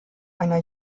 einer